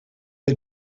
had